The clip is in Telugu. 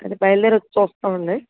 అది బయలుదేరి వచ్చి చూస్తాం అండి